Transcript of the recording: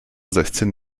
sechzehn